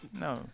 No